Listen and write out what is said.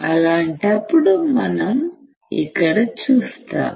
అలాంటప్పుడు మనం ఇక్కడ చూస్తాం